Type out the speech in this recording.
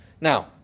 Now